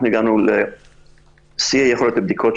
אנחנו הגענו לשיא יכולת הבדיקות,